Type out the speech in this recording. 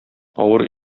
авыр